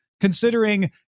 Considering